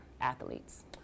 athletes